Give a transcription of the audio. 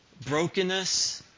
brokenness